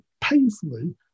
painfully